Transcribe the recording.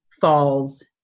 falls